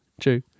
true